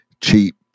cheap